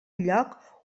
lloc